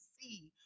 see